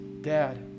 Dad